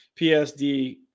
PSD